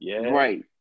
right